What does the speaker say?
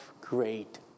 great